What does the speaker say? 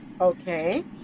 Okay